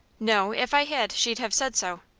no if i had she'd have said so.